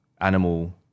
animal